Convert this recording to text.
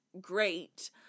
great